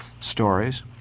stories